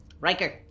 Riker